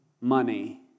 money